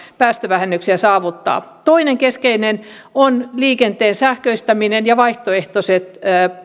päästövähennyksiä saavuttaa toinen keskeinen asia on liikenteen sähköistäminen ja vaihtoehtoiset